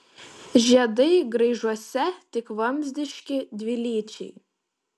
žiedai graižuose tik vamzdiški dvilyčiai